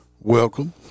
Welcome